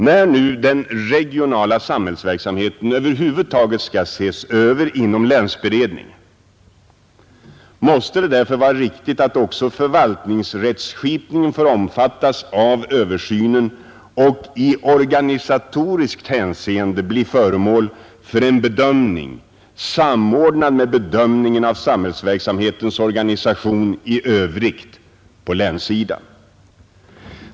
När nu den regionala samhällsverksamheten över huvud taget skall ses över inom länsberedningen, måste det därför vara riktigt att också förvaltningsrättskipningen får omfattas av den översynen och i organisatoriskt hänseende blir föremål för en bedömning, samordnad med bedömningen av samhällsverksamhetens organisation i övrigt på länssidan.